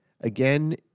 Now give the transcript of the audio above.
again